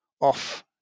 off